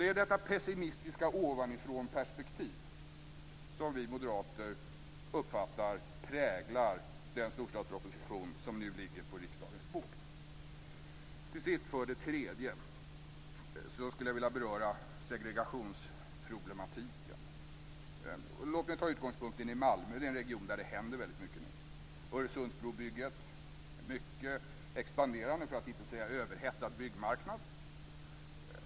Det är detta pessimistiska ovanifrånperspektiv som vi moderater uppfattar präglar den storstadsproposition som nu ligger på riksdagens bord. Till sist skulle jag vilja beröra segregationsproblematiken. Jag tar Malmö som utgångspunkt. Det är en region där det händer mycket just nu. Vi har Öresundsbrobygget. Vi har en expanderande, för att inte säga överhettad, byggmarknad.